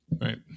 right